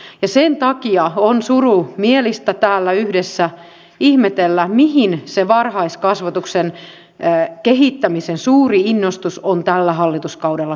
ja sen takia on surumielistä täällä yhdessä ihmetellä mihin se varhaiskasvatuksen kehittämisen suuri innostus on tällä hallituskaudella kadonnut